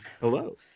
hello